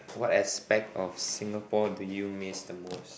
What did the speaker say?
what aspect of Singapore do you miss the most